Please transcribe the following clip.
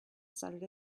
started